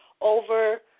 over